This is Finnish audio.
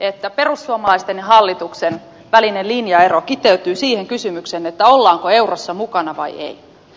että perussuomalaisten ja hallituksen välinen linjaero kiteytyy siihen kysymykseen ollaanko eurossa mukana vai ei